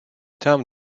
tam